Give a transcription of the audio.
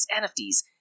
NFTs